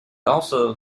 also